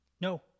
No